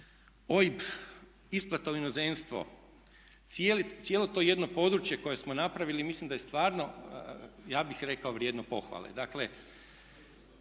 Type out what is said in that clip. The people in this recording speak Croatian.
OIB, isplata u inozemstvo, cijelo to jedno područje koje smo napravili i mislim da je stvarno ja bih rekao vrijedno pohvale.